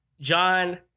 John